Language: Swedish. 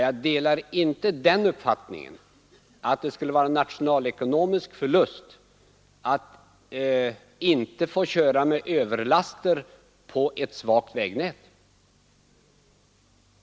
Jag delar inte den uppfattningen att det skulle vara en nationalekonomisk förlust att inte få köra med överlaster på ett svagt vägnät.